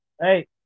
Hey